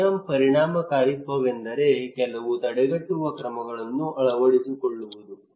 ಸ್ವಯಂ ಪರಿಣಾಮಕಾರಿತ್ವವೆಂದರೆ ಕೆಲವು ತಡೆಗಟ್ಟುವ ಕ್ರಮಗಳನ್ನು ಅಳವಡಿಸಿಕೊಳ್ಳುವುದು